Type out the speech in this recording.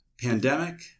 Pandemic